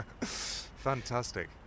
Fantastic